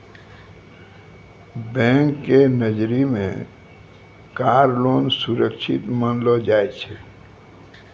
bank के नजरी मे कार लोन सुरक्षित मानलो जाय छै